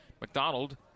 McDonald